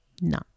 No